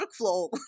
workflow